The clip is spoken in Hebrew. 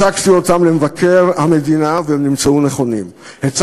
הצגתי אותם למבקר המדינה, והם נמצאו נכונים.